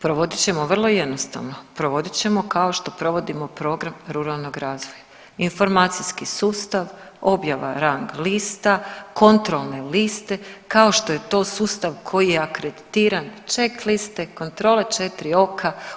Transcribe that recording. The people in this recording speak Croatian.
Provodit ćemo vrlo jednostavno, provodit ćemo kao što provodimo program ruralnog razvoja, informacijski sustav, objava rang lista, kontrolne liste kao što je to sustav koji je akreditiran, checkliste, kontrole četiri oka.